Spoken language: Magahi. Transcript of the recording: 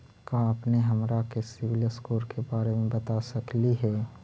का अपने हमरा के सिबिल स्कोर के बारे मे बता सकली हे?